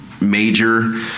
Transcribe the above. major